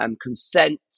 consent